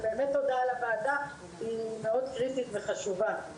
ובאמת תודה לוועדה כי היא מאוד קריטית וחשובה.